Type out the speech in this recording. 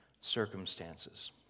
circumstances